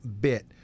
bit